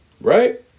right